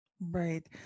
Right